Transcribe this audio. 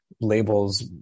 labels